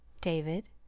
David